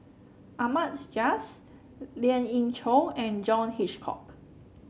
Ahmad Jais Lien Ying Chow and John Hitchcock